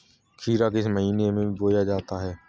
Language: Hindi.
खीरा किस महीने में बोया जाता है?